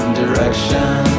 direction